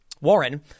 Warren